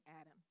Adam